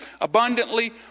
abundantly